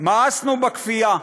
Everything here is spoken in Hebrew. מאסנו בכפייה.